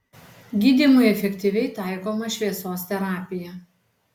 gydymui efektyviai taikoma šviesos terapija